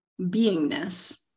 beingness